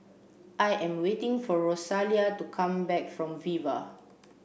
I am waiting for Rosalia to come back from Viva